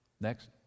Next